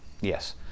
Yes